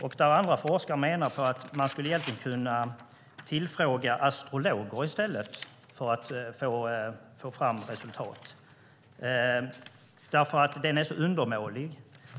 Andra forskare menar att man egentligen skulle kunna tillfråga astrologer i stället för att få fram resultat. Så undermålig är den.